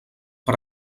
per